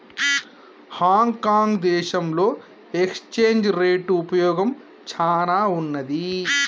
Hong Kong దేశంలో exchange rate ఉపయోగం చానా ఉన్నాది